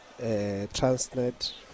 Transnet